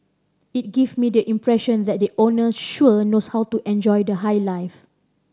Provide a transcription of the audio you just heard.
it give me the impression that the owner sure knows how to enjoy the high life